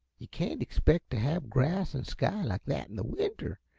yuh can't expect t' have grass an' sky like that in the winter,